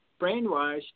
brainwashed